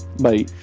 bye